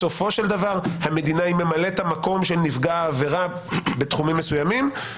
בסופו של דבר המדינה היא ממלאת המקום של נפגע העבירה בתחומים מסוימים.